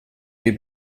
dei